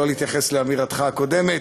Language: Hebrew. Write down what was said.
שלא להתייחס לאמירתך הקודמת.